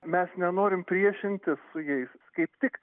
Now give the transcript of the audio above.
mes nenorim priešintis su jais kaip tik